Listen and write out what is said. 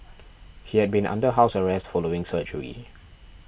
he had been under house arrest following surgery